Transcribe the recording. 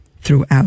throughout